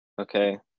Okay